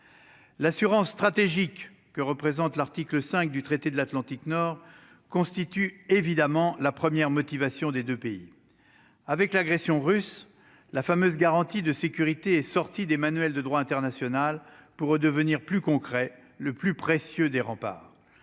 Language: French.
l'assurance stratégique que représente l'article 5 du traité de l'Atlantique Nord constitue évidemment la première motivation des 2 pays avec l'agression russe, la fameuse garantie de sécurité est sorti des manuels de droit international pour redevenir plus concret le plus précieux des remparts,